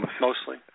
mostly